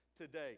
today